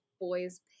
boys